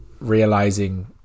realizing